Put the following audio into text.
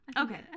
Okay